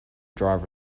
driver